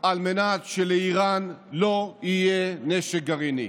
על מנת שלאיראן לא יהיה נשק גרעיני.